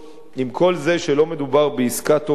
עם כל זה שלא מדובר בעסקה טובה,